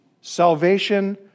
salvation